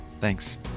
Thanks